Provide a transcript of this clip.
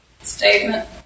Statement